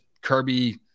Kirby